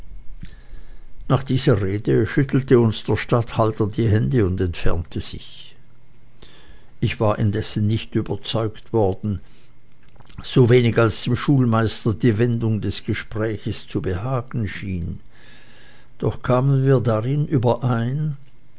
nach dieser rede schüttelte uns der statthalter die hände und entfernte sich ich war indessen nicht überzeugt worden sowenig als dem schulmeister die wendung des gesprächs zu behagen schien doch kamen wir darin überein